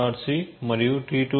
c మరియు T2